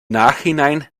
nachhinein